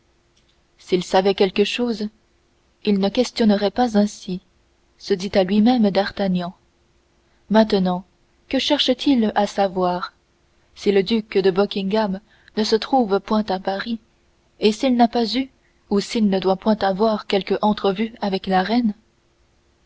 s'ils savaient quelque chose ils ne questionneraient pas ainsi se dit à lui-même d'artagnan maintenant que cherchent ils à savoir si le duc de buckingham ne se trouve point à paris et s'il n'a pas eu ou s'il ne doit point avoir quelque entrevue avec la reine